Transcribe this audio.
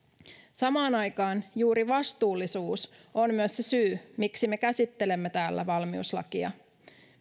samaan aikaan juuri vastuullisuus on myös se syy miksi me käsittelemme täällä valmiuslakia